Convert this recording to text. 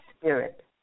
spirit